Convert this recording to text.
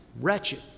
Wretched